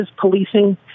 policing